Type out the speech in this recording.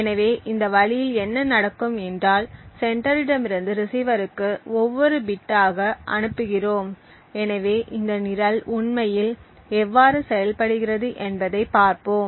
எனவே இந்த வழியில் என்ன நடக்கும் என்றால் செண்டரிடமிருந்து ரிஸீவருக்கு ஒவ்வொரு பிட் ஆக அனுப்புகிறோம் எனவே இந்த நிரல் உண்மையில் எவ்வாறு செயல்படுகிறது என்பதைப் பார்ப்போம்